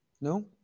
No